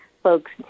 folks